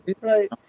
Right